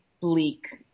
bleak